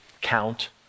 Count